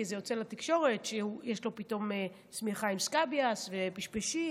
כי זה יוצא לתקשורת שיש לו פתאום שמיכה עם סקביאס ופשפשים,